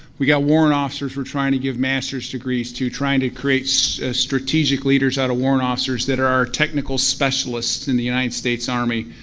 we've got warrant officers we're trying to give master's degrees to, trying to create so ah strategic leaders of warrant officers that are are technical specialists in the united states army.